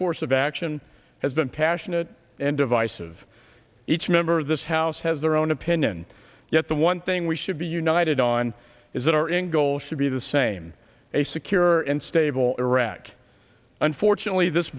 course of action has been passionate and divisive each member of this house has their own opinion yet the one thing we should be united on is that our end goal should be the same a secure and stable iraq unfortunately this